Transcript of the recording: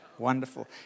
Wonderful